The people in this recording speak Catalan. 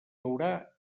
haurà